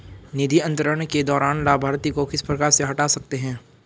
निधि अंतरण के दौरान लाभार्थी को किस प्रकार से हटा सकते हैं?